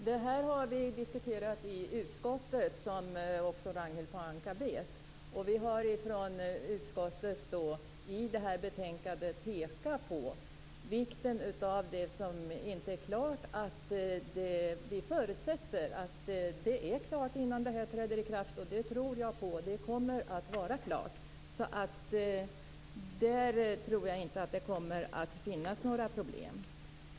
Herr talman! Vi har diskuterat detta i utskottet, som Ragnhild Pohanka också vet. I betänkandet har utskottet pekat på vikten av att det som inte är klart blir klart. Vi förutsätter att det är klart innan förslaget träder i kraft. Det tror jag på. Det kommer att vara klart. Där tror jag inte att det kommer att finnas några problem.